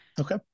Okay